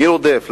מי רודף?